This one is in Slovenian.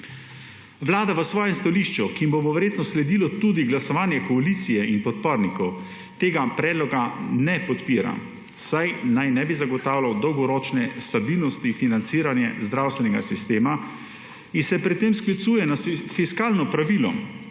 Vlada v svojem stališču, ki mu bo verjetno sledilo tudi glasovanje koalicije in podpornikov, tega predloga ne podpira, saj naj ne bi zagotavljal dolgoročne stabilnosti financiranja zdravstvenega sistema in se pri tem sklicuje za fiskalno pravilo,